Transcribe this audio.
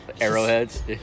arrowheads